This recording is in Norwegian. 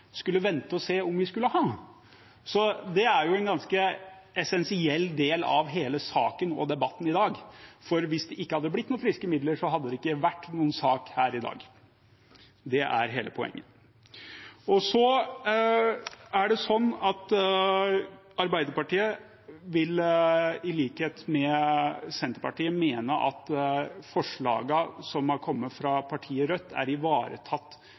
skulle vente og se om vi skulle ha, så det er en ganske essensiell del av hele saken og debatten i dag. For hvis det ikke hadde blitt noen friske midler, hadde det ikke vært noen sak her i dag. Det er hele poenget. Så er det sånn at Arbeiderpartiet, i likhet med Senterpartiet, vil mene at forslagene som er kommet fra partiet Rødt, er ivaretatt